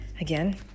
Again